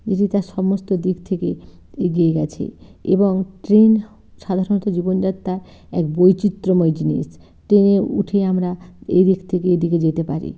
যদি তার সমস্ত দিক থেকে এগিয়ে গেছে এবং ট্রেন সাধারণত জীবনযাত্রা এক বৈচিত্র্যময় জিনিস ট্রেনে উঠে আমরা এদিক থেকে ওই দিকে যেতে পারি